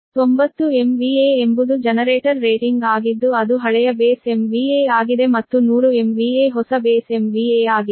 ಆದ್ದರಿಂದ 90 MVA ಎಂಬುದು generator rating ಆಗಿದ್ದು ಅದು ಹಳೆಯ ಬೇಸ್ MVA ಆಗಿದೆ ಮತ್ತು 100 MVA ಹೊಸ ಬೇಸ್ MVA ಆಗಿದೆ